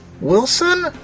Wilson